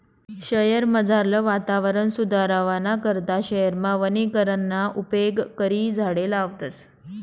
शयेरमझारलं वातावरण सुदरावाना करता शयेरमा वनीकरणना उपेग करी झाडें लावतस